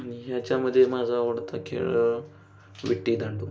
आणि ह्याच्यामध्ये माझा आवडता खेळ विट्टीदांडू